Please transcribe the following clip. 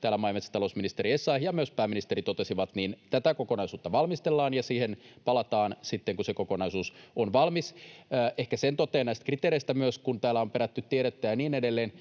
täällä maa- ja metsätalousministeri Essayah ja myös pääministeri totesivat, tätä kokonaisuutta valmistellaan, ja siihen palataan sitten, kun se kokonaisuus on valmis. Ehkä sen totean näistä kriteereistä myös, kun täällä on perätty tiedettä ja niin edelleen,